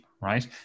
right